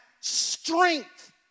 strength